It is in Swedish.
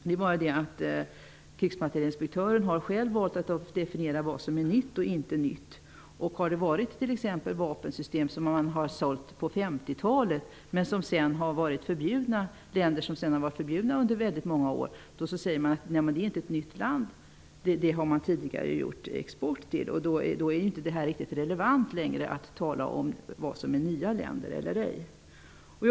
Det är bara det att krigsmaterielinspektören själv har valt att definiera vad som är nytt och inte nytt. Det kan vara fråga om att vapensystem sålts på 50-talet till länder som det sedan under många år varit förbjudet att exportera till. Sedan säger man att det inte är nya länder, eftersom vi tidigare har exporterat till dem. Då är det inte riktigt relevant att tala om vilka länder som är nya.